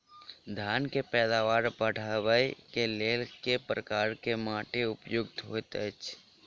धान केँ पैदावार बढ़बई केँ लेल केँ प्रकार केँ माटि उपयुक्त होइत अछि?